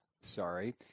Sorry